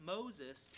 Moses